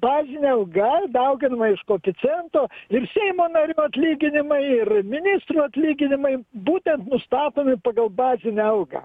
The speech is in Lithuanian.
bazinė alga dauginama iš koeficiento ir seimo narių atlyginimai ir ministrų atlyginimai būtent nustatomi pagal bazinę algą